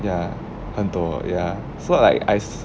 ya 很多 ya so I ice~